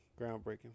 groundbreaking